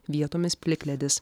vietomis plikledis